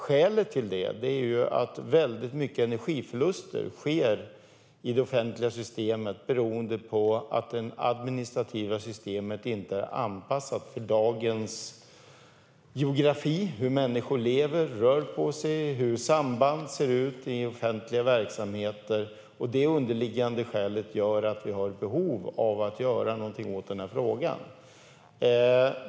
Skälet till det är att väldigt mycket energiförluster sker i det offentliga systemet beroende på att det administrativa systemet inte är anpassat för dagens geografi, hur människor lever och rör på sig och hur samband ser ut i offentliga verksamheter. Det underliggande skälet gör att vi har behov av att göra någonting åt denna fråga.